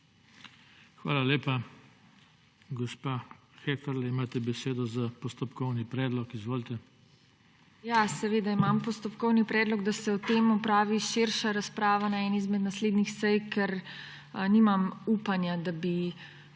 Hvala lepa. Gospa Heferle, imate besedo za postopkovni predlog. Izvolite. **TINA HEFERLE (PS LMŠ):** Seveda imam postopkovni predlog, da se o tem opravi širša razprava na eni izmed naslednji sej, ker nimam upanja, da bi